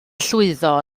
llwyddo